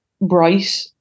bright